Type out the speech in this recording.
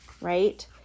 right